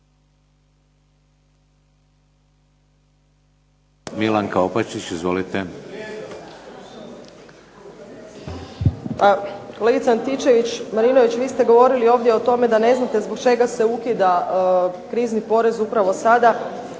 Milanka (SDP)** Pa kolegice Antičević-Marinović vi ste govorili ovdje o tome da ne znate zbog čega se ukida krizni porez upravo sada.